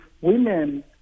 women